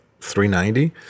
390